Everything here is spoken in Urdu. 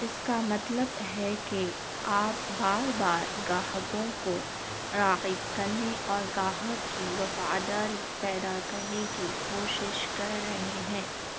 اس کا مطلب ہے کہ آپ بار بار گاہکوں کو راغب کرنے اور گاہک کی وفاداری پیدا کرنے کی کوشش کر رہے ہیں